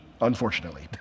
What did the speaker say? unfortunately